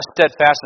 steadfastness